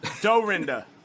Dorinda